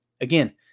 Again